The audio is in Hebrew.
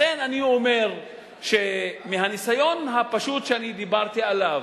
לכן אני אומר שמהניסיון הפשוט שאני דיברתי עליו,